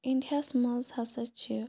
India ہَس منٛز ہسا چھِ